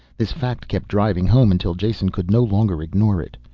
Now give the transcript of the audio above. this fact kept driving home until jason could no longer ignore it.